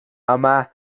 tan